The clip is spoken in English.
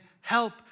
help